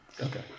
Okay